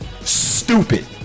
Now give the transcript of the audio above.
stupid